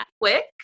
quick